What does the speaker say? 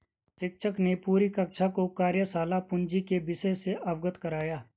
शिक्षक ने पूरी कक्षा को कार्यशाला पूंजी के विषय से अवगत कराया